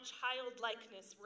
childlikeness